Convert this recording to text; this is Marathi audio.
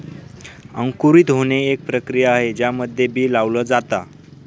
अंकुरित होणे, एक प्रक्रिया आहे ज्यामध्ये बी लावल जाता